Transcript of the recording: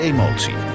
Emotie